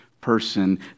person